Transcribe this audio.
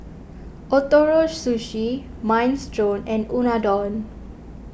Ootoro Sushi Minestrone and Unadon